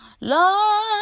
Lord